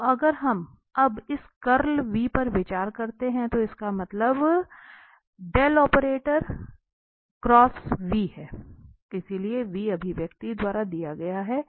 तो अगर हम अब इस कर्ल पर विचार करते हैं तो इसका मतलब है इसलिए अभिव्यक्ति द्वारा दिया गया है